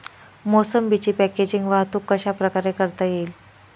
मोसंबीची पॅकेजिंग वाहतूक कशाप्रकारे करता येईल?